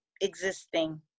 existing